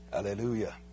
Hallelujah